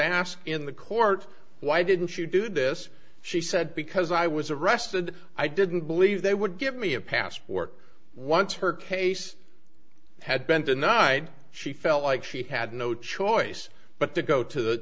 asked in the court why didn't she do this she said because i was arrested i didn't believe they would give me a passport once her case had been denied she felt like she had no choice but to go to the